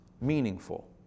meaningful